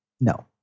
no